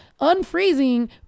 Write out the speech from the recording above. unfreezing